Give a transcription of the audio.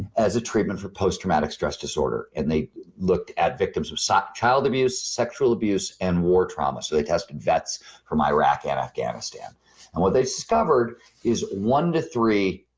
as a treatment for post-traumatic stress disorder. and they look at victims of child abuse, sexual abuse and war traumas. they test in vets from iraq and afghanistan and what they discovered is one to three